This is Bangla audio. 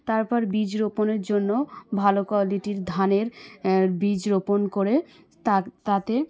তারপর বীজ রোপণের জন্য ভালো কোয়ালিটির ধানের বীজ রোপণ করে তা তাতে